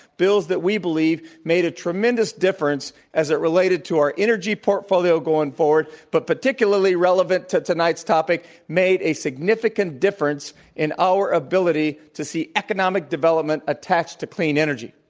bills that we believe made a tremendous difference as it related to our energy portfolio going forward, but particularly relevant to tonight's topic, made a significant difference in our ability to see economic development attached to clean energy.